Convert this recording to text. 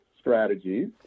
strategies